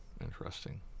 interesting